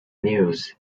news